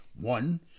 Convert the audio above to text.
One